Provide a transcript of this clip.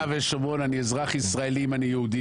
אם אני נולדתי ביהודה ושומרון אני אזרח ישראלי אם אני יהודי.